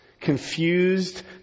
confused